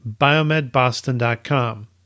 biomedboston.com